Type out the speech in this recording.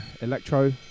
Electro